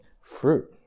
fruit